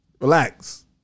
Relax